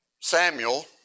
Samuel